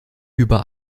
über